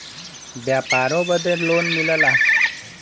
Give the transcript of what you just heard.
व्यापारों बदे लोन मिलला